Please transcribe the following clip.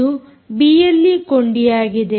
ಇದು ಬಿಎಲ್ಈ ಕೊಂಡಿಯಾಗಿದೆ